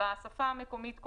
כשמדובר בשפה המקומית,